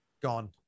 Gone